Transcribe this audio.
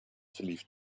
verlief